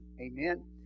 amen